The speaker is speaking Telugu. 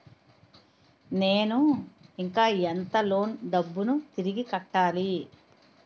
నేను ఇంకా ఎంత లోన్ డబ్బును తిరిగి కట్టాలి?